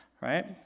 right